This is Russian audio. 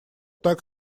так